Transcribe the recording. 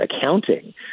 accounting